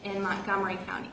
in montgomery county